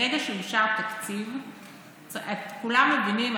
כולם מבינים,